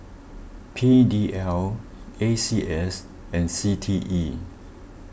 P D L A C S and C T E